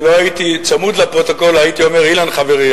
אם לא הייתי צמוד לפרוטוקול הייתי אומר: "אילן חברי",